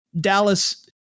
Dallas